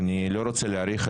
אני לא רוצה להאריך.